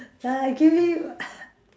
uh give you